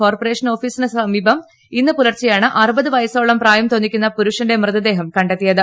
corporation ഓഫീസിനു സമീപം ഇന്ന് പുലർച്ചെയാണ് അറുപത് വയസോളം പ്രായം തോന്നിക്കുന്ന പുരുഷന്റെ മൃതദേഹം കണ്ടെത്തിയത്